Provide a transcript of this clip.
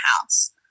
house